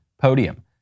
Podium